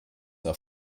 auf